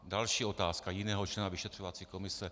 Další otázka jiného člena vyšetřovací komise.